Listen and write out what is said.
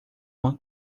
uma